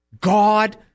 God